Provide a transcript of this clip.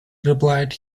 replied